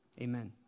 amen